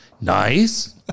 nice